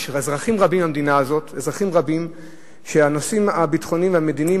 יש אזרחים רבים במדינה הזאת שהנושאים הביטחוניים והמדיניים